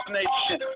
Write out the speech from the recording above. nation